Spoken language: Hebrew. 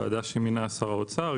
זאת ועדה שמינה שר האוצר.